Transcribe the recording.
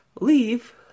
leave